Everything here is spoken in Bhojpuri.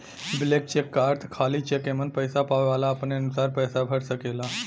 ब्लैंक चेक क अर्थ खाली चेक एमन पैसा पावे वाला अपने अनुसार पैसा भर सकेला